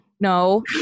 No